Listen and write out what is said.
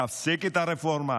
תפסיק את הרפורמה,